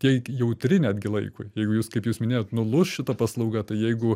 tiek jautri netgi laikui jeigu jūs kaip jūs minėjot nuluš šita paslauga tai jeigu